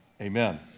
Amen